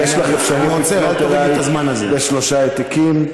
יש לך אפשרות לפנות אלי בשלושה העתקים,